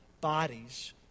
bodies